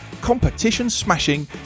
competition-smashing